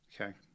Okay